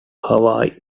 hawaii